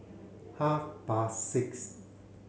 half past six